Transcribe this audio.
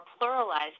pluralized